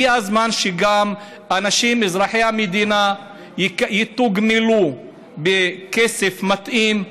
הגיע הזמן שגם אנשים אזרחי המדינה יתוגמלו בכסף מתאים,